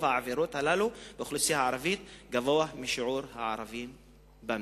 העבירות הללו באוכלוסייה הערבית גבוה משיעור הערבים במדינה.